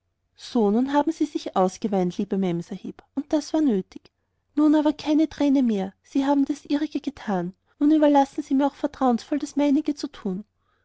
nun haben sie sich ausgeweint liebe memsahib und das war nötig nun aber keine träne mehr sie haben das ihrige getan nun überlassen sie mir auch vertrauensvoll das meinige zu tun